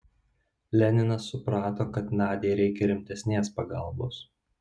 leninas suprato kad nadiai reikia rimtesnės pagalbos